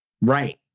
Right